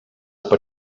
per